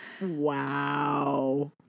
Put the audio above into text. Wow